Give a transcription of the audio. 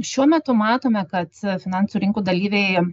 šiuo metu matome kad finansų rinkų dalyviai